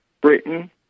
Britain